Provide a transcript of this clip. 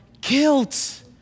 guilt